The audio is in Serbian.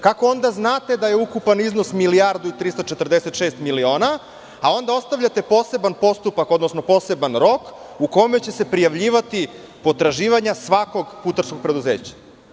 Kako onda znate da je ukupan iznos 1.346.000.000 dinara, a onda ostavljate poseban postupak, odnosno poseban rok u kome će se prijavljivati potraživanja svakog putarskog preduzeća?